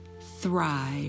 thrive